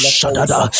Shadada